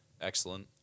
excellent